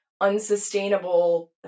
unsustainable